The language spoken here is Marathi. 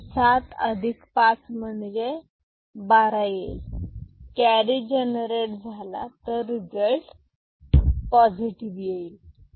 आणि सात अधिक पाच म्हणजे बारा येईल केरी जनरेट झाला तर रिझल्ट पॉझिटिव्ह येईल